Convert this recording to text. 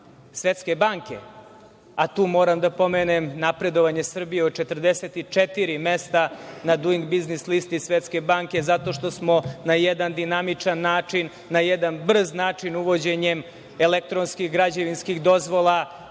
Svetske banke. Tu moram da pomenem napredovanje Srbije od 44 mesta na Duing biznis listi Svetske banke zato što smo na jedan dinamičan način, brz način uvođenjem elektronskih građevinskih dozvola,